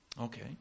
Okay